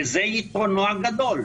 וזה יתרונו הגדול,